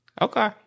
Okay